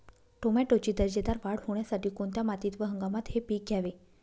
टोमॅटोची दर्जेदार वाढ होण्यासाठी कोणत्या मातीत व हंगामात हे पीक घ्यावे?